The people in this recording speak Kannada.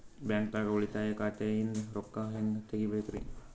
ಬ್ಯಾಂಕ್ದಾಗ ಉಳಿತಾಯ ಖಾತೆ ಇಂದ್ ರೊಕ್ಕ ಹೆಂಗ್ ತಗಿಬೇಕ್ರಿ?